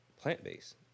plant-based